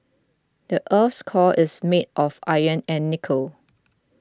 the earth's core is made of iron and nickel